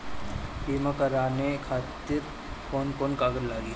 बीमा कराने खातिर कौन कौन कागज लागी?